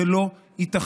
זה לא ייתכן.